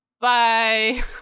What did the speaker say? Bye